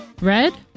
Red